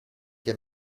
che